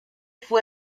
fue